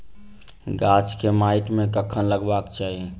गाछ केँ माइट मे कखन लगबाक चाहि?